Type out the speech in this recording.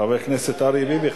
חבר הכנסת אריה ביבי,